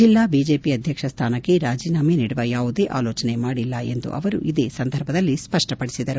ಜಿಲ್ಲಾ ಐಜೆಖಿ ಅಧ್ಯಕ್ಷ ಸ್ಥಾನಕ್ಕೆ ರಾಜೀನಾಮೆ ನೀಡುವ ಯಾವುದೇ ಆಲೋಚನೆ ಮಾಡಿಲ್ಲ ಎಂದು ಅವರು ಇದೇ ಸಂದರ್ಭದಲ್ಲಿ ಸ್ವಷ್ಟಪಡಿಸಿದರು